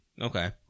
Okay